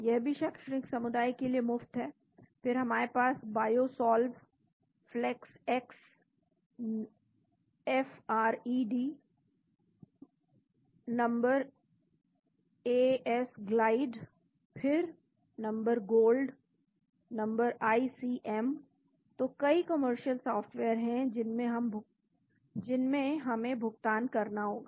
यह भी शैक्षणिक समुदाय के लिए मुफ्त है फिर हमारे पास BioSolve FlexX no FRED number As Glide no As Glide फिर number GOLD no GOLD number ICM तो कई कमर्शियल सॉफ़्टवेयर हैं जिनमें हमें भुगतान करना होगा